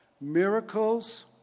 miracles